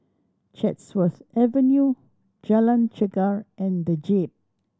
Chatsworth Avenue Jalan Chegar and The Jade